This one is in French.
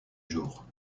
jours